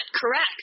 correct